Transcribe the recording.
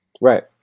Right